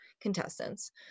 contestants